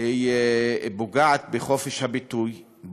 פוגעת בחופש הביטוי,